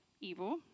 Evil